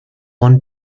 one